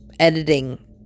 editing